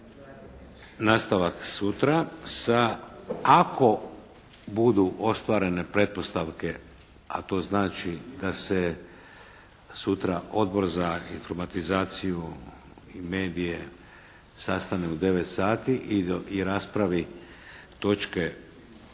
Nastavak sutra sa, ako budu ostvarene pretpostavke, a to znači da se sutra Odbor za informatizaciju i medije sastane u 9 sati i raspravi točke 6.